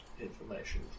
information